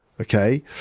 Okay